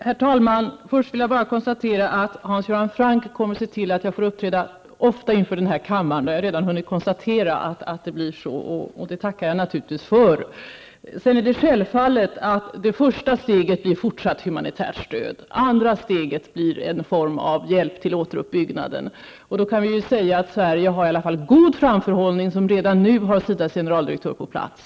Herr talman! Hans Göran Franck kommer att se till att jag får uppträda ofta i den här kammaren. Jag har redan hunnit konstatera att det blir så, och det tackar jag naturligtvis för. Självfallet blir det första steget fortsatt humanitärt stöd. Det andra steget blir en form av hjälp till återuppbyggnaden. Då kan vi säga att Sverige i alla fall har en god framförhållning, eftersom vi redan har SIDAs generaldirektör på plats.